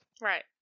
Right